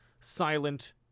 silent